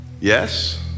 Yes